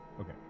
Okay